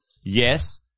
Yes